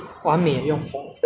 hmm let me see